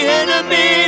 enemy